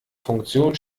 funktion